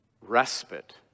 respite